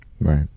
Right